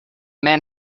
man